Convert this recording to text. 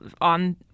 on